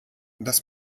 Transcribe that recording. das